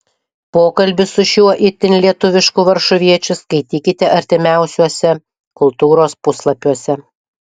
pokalbį su šiuo itin lietuvišku varšuviečiu skaitykite artimiausiuose kultūros puslapiuose